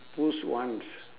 push once